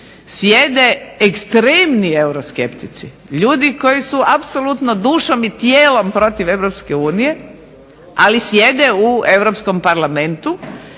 sjede ekstremni euroskeptici, ljudi koji su apsolutno dušom i tijelom protiv Europske unije ali sjede u Europskom parlamentu